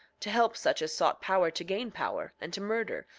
to help such as sought power to gain power, and to murder,